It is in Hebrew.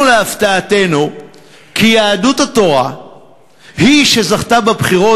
להפתעתנו כי יהדות התורה היא שזכתה בבחירות,